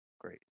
great